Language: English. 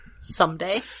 Someday